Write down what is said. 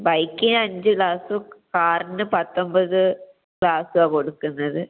ബൈക്കിനഞ്ച് ക്ലാസും കാറിന് പത്തൊമ്പത് ക്ലാസ്സുമാണ് കൊടുക്കുന്നത്